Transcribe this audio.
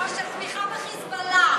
לא, של תמיכה ב"חיזבאללה".